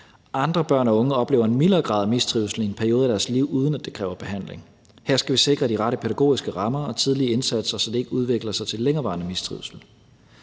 Andre børn og unge oplever en mildere grad af mistrivsel i en periode af deres liv, uden at det kræver behandling. Her skal vi sikre de rette pædagogiske rammer og tidlige indsatser, så det ikke udvikler sig til længerevarende mistrivsel.